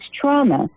trauma